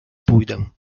pójdę